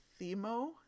Themo